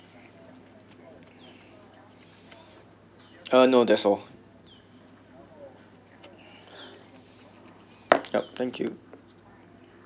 uh no that's all ya thank you